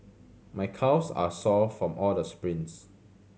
my calves are sore from all the sprints